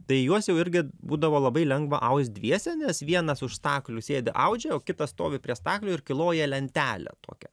tai juos jau irgi būdavo labai lengva aust dviese nes vienas už staklių sėdi audžia o kitas stovi prie staklių ir kiloja lentelę tokią